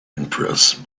impressed